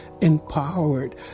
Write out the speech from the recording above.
empowered